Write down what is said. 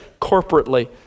corporately